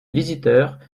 visiteurs